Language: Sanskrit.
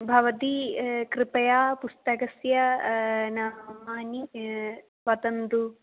भवती कृपया पुस्तकस्य नामानि वदन्तु